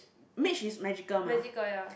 mage is magical mah